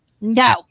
No